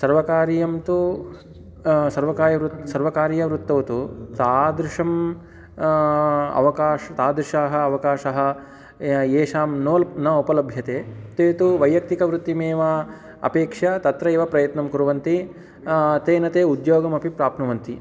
सर्वकारीयं तु सर्वकारीयवृत्तिः सर्वकारीयवृत्तौ तु तादृशं अवकाशाः तादृशाः अवकाशाः येषां नोल् नोपलभ्यन्ते ते तु वैयक्तिकवृत्तिमेव अपेक्ष्य तत्रैव प्रयत्नं कुर्वन्ति तेन ते उद्योगमपि प्राप्नुवन्ति